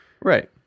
Right